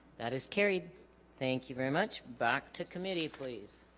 that is carried thank you very much back to committee please